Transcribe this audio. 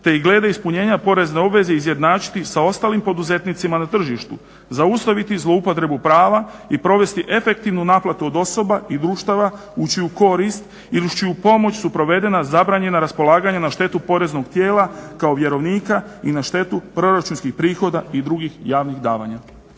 te ih glede ispunjenja porezne obveze izjednačiti sa ostalim poduzetnicima na tržištu, zaustaviti zloupotrebu prava i provesti efektivnu naplatu od osoba i društava u čiju korist ili uz čiju pomoć su provedena zabranjena raspolaganja na štetu poreznog tijela kao vjerovnika i na štetu proračunskih prihoda i drugih javnih davanja.